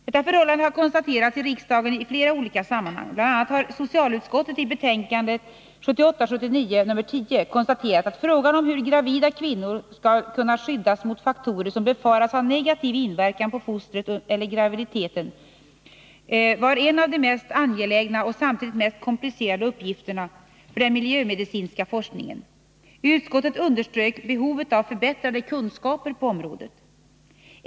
Detta förhållande har konstaterats i riksdagen i flera olika sammanhang. Bl. a. har socialutskottet i betänkandet 1978/79:10 konstaterat att lösandet av frågan om hur gravida kvinnor skulle kunna skyddas mot faktorer som befaras ha negativ inverkan på fostret eller graviditeten var en av de mest angelägna och samtidigt mest komplicerade uppgifterna för den miljömedicinska forskningen. Utskottet underströk behovet av förbättrade kunskaper på området.